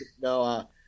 No